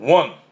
one